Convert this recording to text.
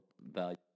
value